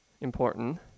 important